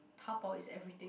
Taobao is everything